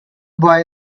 boy